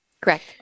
Correct